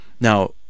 Now